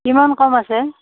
কিমান কম আছে